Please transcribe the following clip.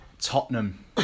Tottenham